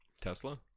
tesla